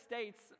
States